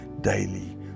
daily